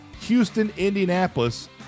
Houston-Indianapolis